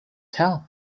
tell